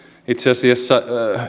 itse asiassa